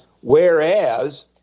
whereas